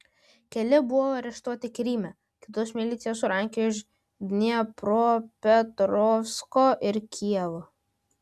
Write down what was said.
keli buvo areštuoti kryme kitus milicija surankiojo iš dniepropetrovsko ir kijevo